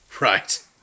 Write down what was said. Right